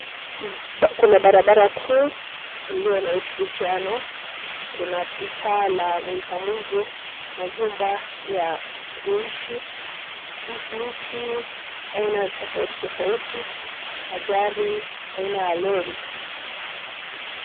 Kuna barabara kuu iliyo na ushirikiano, kuna taa la mulika mwizi, majumba ya kuishi, miti aina tofauti tofauuti na gari aina ya lori.